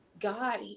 God